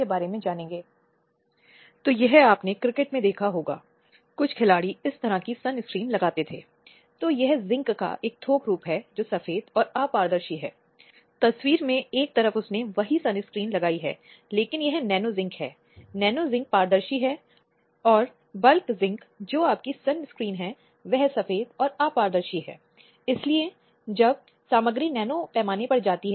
इसलिए आयोग के पास कई प्रकार के कार्य हैं जिनके प्रदर्शन की उम्मीद है और यह सुनिश्चित करना है कि महिलाओं के कारण को बढ़ावा देने के लिए सभी आवश्यक प्रयास किए जाएं